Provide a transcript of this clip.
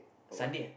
Sunday ah